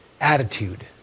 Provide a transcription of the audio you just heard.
attitude